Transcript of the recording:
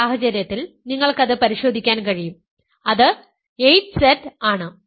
ഈ സാഹചര്യത്തിൽ നിങ്ങൾക്ക് അത് പരിശോധിക്കാൻ കഴിയും അത് 8Z ആണ്